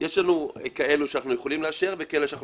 יש לנו כאלה שאנחנו יכולים לאשר וכאלה שאנחנו